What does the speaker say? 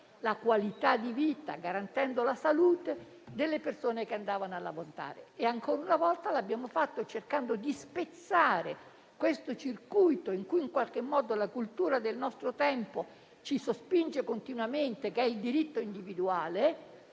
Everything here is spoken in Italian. la qualità della vita e la salute delle persone che andavano a lavorare. E, ancora una volta, l'abbiamo fatto cercando di spezzare il circuito in cui la cultura del nostro tempo ci sospinge continuamente, che è il diritto individuale,